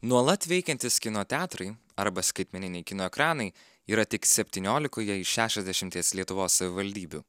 nuolat veikiantys kino teatrai arba skaitmeniniai kino ekranai yra tik septyniolikoje iš šešiasdešimties lietuvos savivaldybių